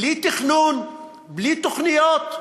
בלי תכנון, בלי תוכניות,